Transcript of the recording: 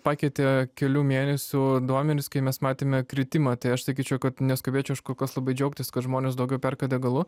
pakeitė kelių mėnesių duomenis kai mes matėme kritimą tai aš sakyčiau kad neskubėčiau aš kol kas labai džiaugtis kad žmonės daugiau perka degalų